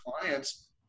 clients